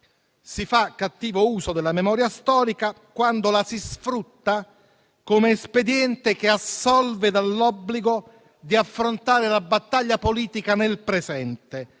Si fa cattivo uso della memoria storica quando la si sfrutta come espediente che assolve dall'obbligo di affrontare la battaglia politica nel presente,